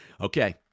Okay